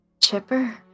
chipper